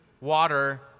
water